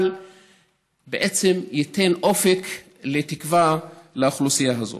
אבל בעצם ייתן אופק ותקווה לאוכלוסייה הזאת.